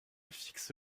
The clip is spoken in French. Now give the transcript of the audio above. fixe